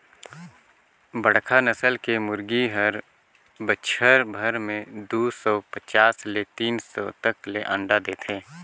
बड़खा नसल के मुरगी हर बच्छर भर में दू सौ पचास ले तीन सौ तक ले अंडा देथे